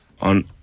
On